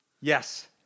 Yes